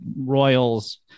royals